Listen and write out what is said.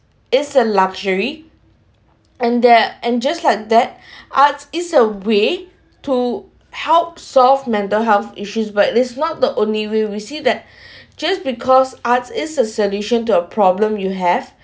is a luxury and there and just like that art is a way to help solve mental health issues but is not the only way we see that just because arts is a solution to a problem you have